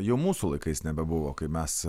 jau mūsų laikais nebebuvo kai mes